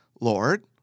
Lord